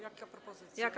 Jaka propozycja?